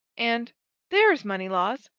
and there is moneylaws!